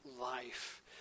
life